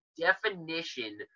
definition